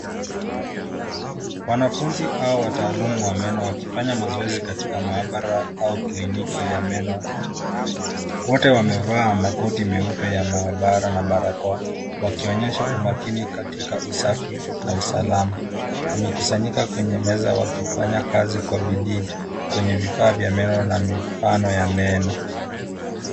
Wanafunzi au wataalamu wa meno wakifanya mazoezi katika maabara au kliniki ya meno. Wote wamevaa makoti meupe ya maabara na barakoa, wakionyesha umakini katika usafi na usalama. Wamekusanyika kwenye meza wakifanya kai kwa bidii, kwenye vifaa vya meno na mifano ya meno.